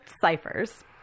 ciphers